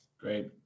Great